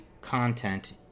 content